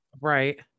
Right